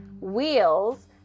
wheels